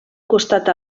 costat